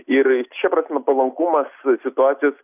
ir šia prasme palankumas situacijos